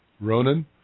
Ronan